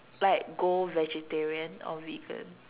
like go vegetarian or vegan